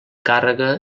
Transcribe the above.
càrrega